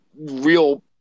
real